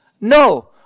No